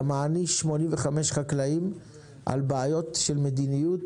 אתה מעניש 85 חקלאים על בעיות של מדיניות